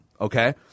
okay